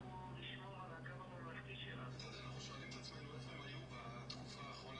ואני בטוח שכל אחד שיושב פה לא מרגיש נוח עם המספר המטורף הזה,